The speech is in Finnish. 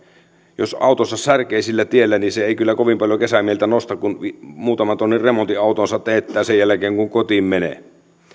jos autonsa särkee sillä tiellä niin se ei kyllä kovin paljon kesämieltä nosta kun muutaman tonnin remontin autoonsa teettää sen jälkeen kun kotiin menee